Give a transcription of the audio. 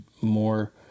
more